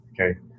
Okay